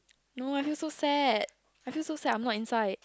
no I feel so sad I feel so sad I'm not inside